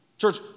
Church